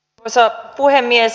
arvoisa puhemies